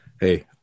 Hey